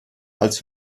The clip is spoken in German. als